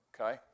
Okay